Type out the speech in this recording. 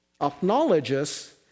acknowledges